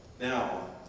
now